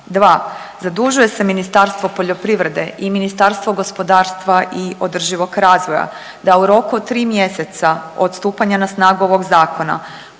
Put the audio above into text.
2. Zadužuje se Ministarstvo poljoprivrede i Ministarstvo gospodarstva i održivog razvoja, da u roku od tri mjeseca od stupanja na snagu ovog zakona